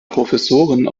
professoren